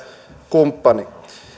kumppani